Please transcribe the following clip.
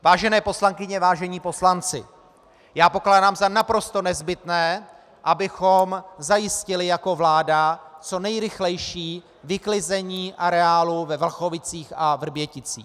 Vážené poslankyně, vážení poslanci, pokládám za naprosto nezbytné, abychom zajistili jako vláda co nejrychlejší vyklizení areálu ve Vlachovicích a Vrběticích.